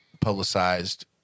publicized